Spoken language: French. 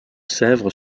sèvres